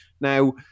Now